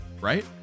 right